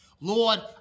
Lord